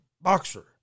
boxer